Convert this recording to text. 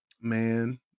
Man